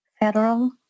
federal